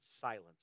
silence